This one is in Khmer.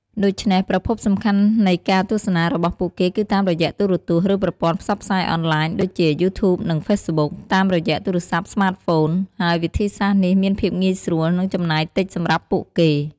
ដូច្នេះ ប្រភពសំខាន់នៃការទស្សនារបស់ពួកគេគឺតាមរយៈទូរទស្សន៍ ឬប្រព័ន្ធផ្សព្វផ្សាយអនឡាញ ដូចជា យូធូប និង ហ្វេសប៊ុក តាមរយៈទូរស័ព្ទស្មាតហ្វូន ហើយវិធីសាស្រ្តនេះមានភាពងាយស្រួល និងចំណាយតិចសម្រាប់ពួកគេ។។